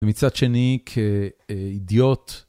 ומצד שני כאידיוט